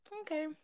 okay